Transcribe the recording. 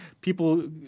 people